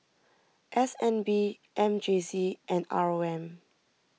S N B M J C and R O M